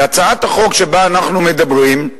בהצעת החוק שבה אנחנו מדברים,